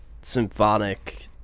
symphonic